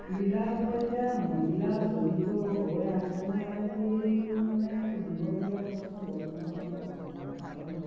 ক্ৰীড়াৰ সৈতে মহিলা জড়িত হৈ আছে নে নাই বুলি এইটো মানে সুধিবলগীয়া প্ৰশ্ন বৰ্তমান সময়ত নহয় কাৰণ